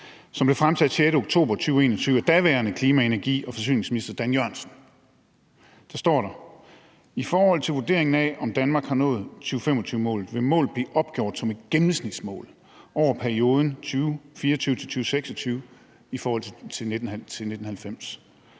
som blev fremsat den 6. oktober 2021 af daværende klima-, energi- og forsyningsminister Dan Jørgensen, står der: »I forhold til vurderingen af, om Danmark har nået 2025-målet, vil målet blive opgjort som et gennemsnitsmål over perioden 2024-2026 i forhold til 1990,